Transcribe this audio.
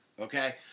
Okay